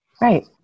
Right